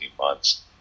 months